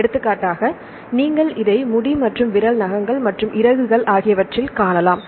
எடுத்துக்காட்டாக நீங்கள் இதை முடி மற்றும் விரல் நகங்கள் மற்றும் இறகுகள் ஆகியவற்றில் காணலாம்